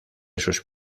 sus